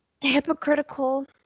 hypocritical